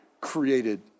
created